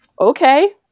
okay